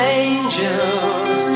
angels